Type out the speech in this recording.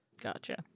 Gotcha